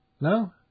No